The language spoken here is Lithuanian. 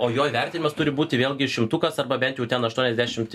o jo įvertinimas turi būti vėlgi šimtukas arba bent jau ten aštuoniasdešimt